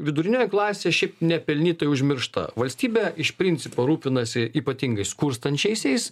vidurinioji klasė šiaip nepelnytai užmiršta valstybė iš principo rūpinasi ypatingai skurstančiaisiais